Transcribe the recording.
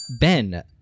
Ben